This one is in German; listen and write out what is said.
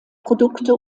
produkte